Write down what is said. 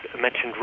mentioned